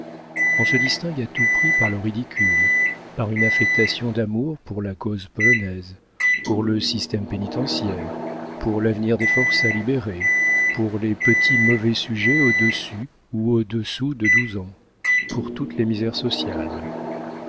on se distingue à tout prix par le ridicule par une affectation d'amour pour la cause polonaise pour le système pénitentiaire pour l'avenir des forçats libérés pour les petits mauvais sujets au-dessus ou au-dessous de douze ans pour toutes les misères sociales